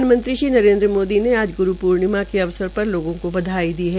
प्रधानमंत्री श्री नरेन्द्र मोदी ने आज ग्रू पूर्णिमा के अवसर पर लोगों को बधाई दी है